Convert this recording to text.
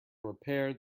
repaired